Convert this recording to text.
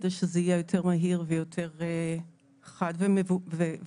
כדי שזה יהיה יותר מהיר ויותר חד וברור.